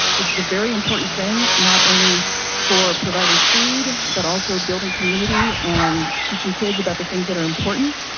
this is a very important thing, not only for providing food, but also building community and teaching kids about the things that are important.